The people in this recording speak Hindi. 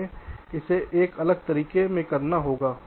हमें इसे एक अलग तरीके से करना होगा